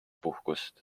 puhkust